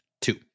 Two